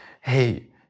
Hey